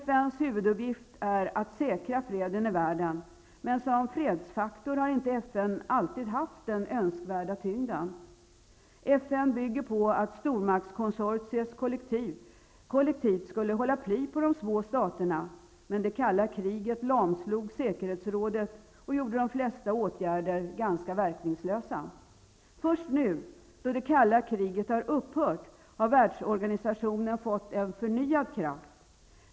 FN:s huvuduppgift är att säkra freden i världen, men som fredsfaktor har inte FN alltid haft den önskvärda tyngden. FN bygger på att stormaktskonsortiet kollektivt skulle hålla pli på de små staterna, men det kalla kriget lamslog säkerhetsrådet och gjorde de flesta åtgärder ganska verkningslösa. Först nu då det kalla kriget har upphört har världsorganisationen fått förnyad kraft.